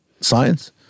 science